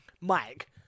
mike